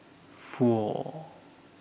four